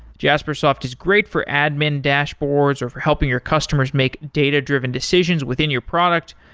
jaspersoft is great for admin dashboards or for helping your customers make data-driven decisions within your product,